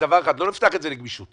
דבר אחד, לא נפתח את זה לגמישות.